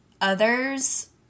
others